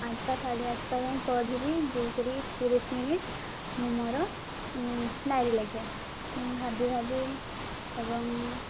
ଆଠଟା ସାଢ଼େ ଆଠଟା ଯାଏଁ ପଢ଼ିବି ଦେଇକରି ତିରିଶ ମିନିଟ୍ ମୁଁ ମୋର ଡାଏରି ଲେଖେ ଭାବି ଭାବି ଏବଂ